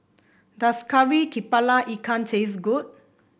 does Kari kepala Ikan taste good